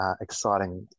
exciting